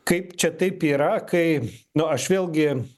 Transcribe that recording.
kaip čia taip yra kai nu aš vėlgi